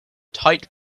tight